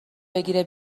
بگیره